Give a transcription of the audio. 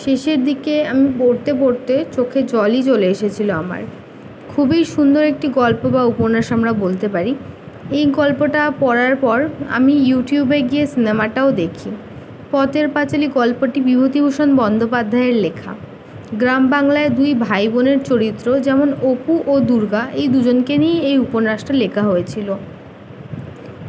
শেষের দিকে আমি পড়তে পড়তে চোখে জলই চলে এসেছিলো আমার খুবই সুন্দর একটি গল্প বা উপন্যাস আমরা বলতে পারি এই গল্পটা পড়ার পর আমি ইউটিউবে গিয়ে সিনেমাটাও দেখি পথের পাঁচালি গল্পটি বিভূতিভূষণ বন্দ্যোপাধ্যায়ের লেখা গ্রাম বাংলায় দুই ভাই বোনের চরিত্র যেমন অপু ও দুর্গা এই দুজনকে নিয়েই এই উপন্যাসটা লেখা হয়েছিলো